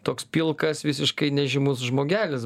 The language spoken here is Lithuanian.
toks pilkas visiškai nežymus žmogelis